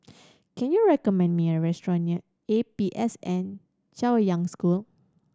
can you recommend me a restaurant near A P S N Chaoyang School